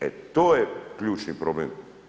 E to je ključni problem.